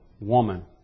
woman